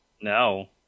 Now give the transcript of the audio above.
No